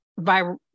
viral